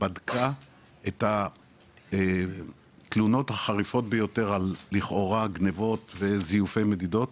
בדקה את התלונות החריפות ביותר על לכאורה גניבות וזיופי מדידות,